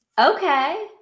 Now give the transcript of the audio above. Okay